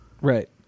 Right